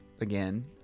again